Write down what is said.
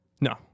No